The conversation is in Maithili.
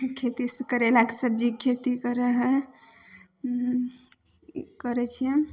खेती करैलाके सब्जीके खेती करै हइ करै छिअनि